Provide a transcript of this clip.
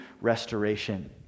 restoration